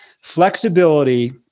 Flexibility